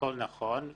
הכול נכון.